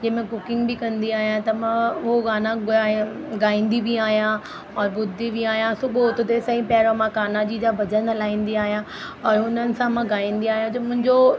जीअं मां कुकिंग बि कंदी आहियां त मां उहे गाना गायां गाईंदी बि आहियां और ॿुधदी बि आहियां सुबुह उथदे ई सां ई पहिरियों मां कान्हा जी जा भॼन हलाईंदी आहियां और हुननि सां मां गाईंदी आहियां जो मुंहिंजो